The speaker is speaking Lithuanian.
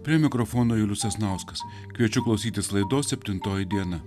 prie mikrofono julius sasnauskas kviečiu klausytis laidos septintoji diena